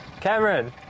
Cameron